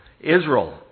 Israel